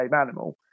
animal